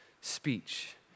speech